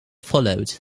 followed